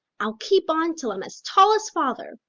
i'll keep on till i'm as tall as father.